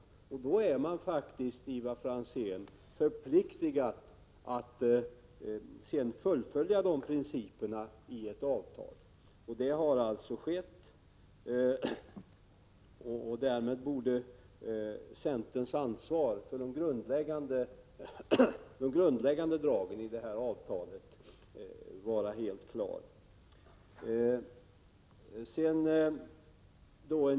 Sedan, Ivar Franzén, är man faktiskt förpliktigad att fullfölja de principerna i ett avtal, vilket alltså har skett. Därmed borde centerns ansvar för de grundläggande dragen i detta avtal vara helt klart.